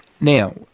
Now